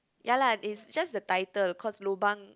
ya lah it's just the title cause lobang